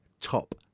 top